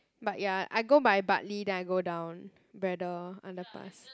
but ya I go by Bartley then I go down Braddell underpass